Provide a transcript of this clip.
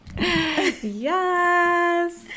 Yes